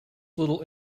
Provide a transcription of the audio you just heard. little